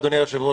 אדוני היושב-ראש,